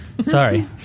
Sorry